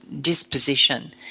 disposition